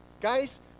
Guys